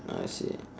I see